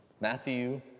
Matthew